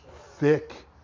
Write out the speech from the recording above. thick